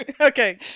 okay